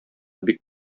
бик